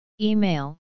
Email